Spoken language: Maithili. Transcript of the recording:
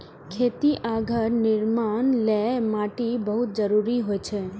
खेती आ घर निर्माण लेल माटि बहुत जरूरी होइ छै